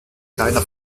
keiner